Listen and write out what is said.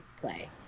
play